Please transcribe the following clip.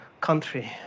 country